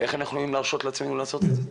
איך אנחנו יכולים להרשות לעצמנו לעשות את זה?